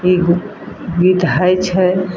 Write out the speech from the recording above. ई गीत होइ छै